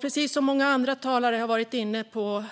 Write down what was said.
Precis som många andra talare har varit inne på